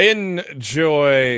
Enjoy